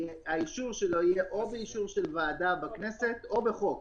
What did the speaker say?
האישור שלו יהיה או באישור של ועדה בכנסת או בחוק.